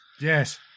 Yes